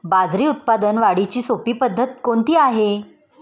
बाजरी उत्पादन वाढीची सोपी पद्धत कोणती आहे?